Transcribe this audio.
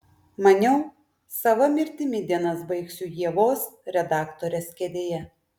maniau sava mirtimi dienas baigsiu ievos redaktorės kėdėje